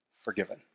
Forgiven